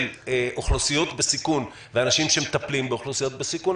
אוכלוסיות בסיכון ואנשים שמטפלים באוכלוסיות בסיכון,